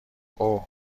اوه